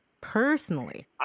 Personally